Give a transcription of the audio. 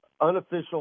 unofficial